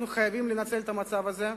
אנחנו חייבים לנצל את המצב הזה,